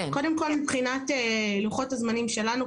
קודם כל מבחינת לוחות הזמנים שלנו,